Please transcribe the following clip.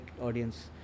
audience